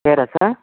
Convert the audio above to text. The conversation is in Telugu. పేరా సార్